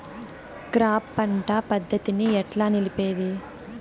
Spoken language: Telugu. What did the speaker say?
క్రాప్ పంట పద్ధతిని ఎట్లా నిలిపేది?